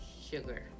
sugar